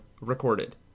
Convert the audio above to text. recorded